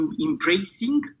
embracing